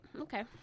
okay